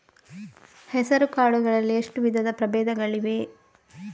ಹೆಸರುಕಾಳು ಗಳಲ್ಲಿ ಎಷ್ಟು ವಿಧದ ಪ್ರಬೇಧಗಳಿವೆ?